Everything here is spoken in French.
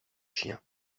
chien